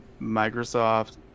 microsoft